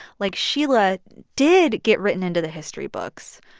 like sheila, did get written into the history books.